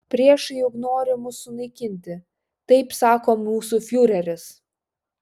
priešai juk nori mus sunaikinti taip sako mūsų fiureris